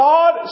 God